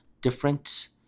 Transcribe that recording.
different